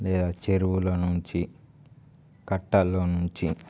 లేదా చెరువుల నుంచి కట్టాలో నుంచి